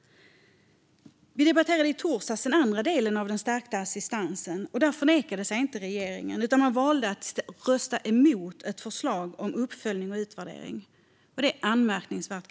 Vi debatterade i torsdags den andra delen av den stärkta assistansen. Där förnekade sig inte regeringen, utan regeringspartiet valde att rösta emot ett förslag om uppföljning och utvärdering. Det tycker jag är anmärkningsvärt.